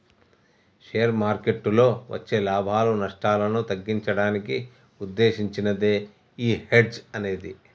share మార్కెట్టులో వచ్చే లాభాలు, నష్టాలను తగ్గించడానికి వుద్దేశించినదే యీ హెడ్జ్ అనేది